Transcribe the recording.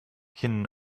can